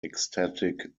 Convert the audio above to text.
ecstatic